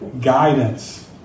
guidance